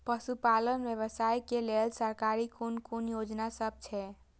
पशु पालन व्यवसाय के लेल सरकारी कुन कुन योजना सब छै?